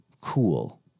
cool